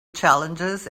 challenges